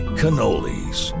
cannolis